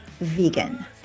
vegan